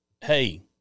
hey